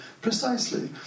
precisely